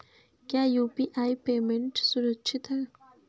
क्या UPI payment सुरक्षित है?